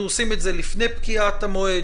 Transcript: אנחנו עושים את זה לפני פקיעת המועד,